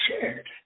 shared